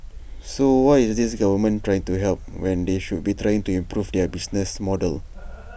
so why is this government trying to help when they should be trying to improve their business model